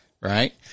Right